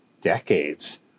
decades